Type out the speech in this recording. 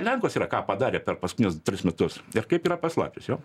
lenkuos ką yra ką padarę per paskutinius tris metus ir kaip yra pas latvius jo